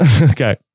Okay